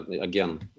Again